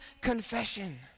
confession